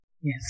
Yes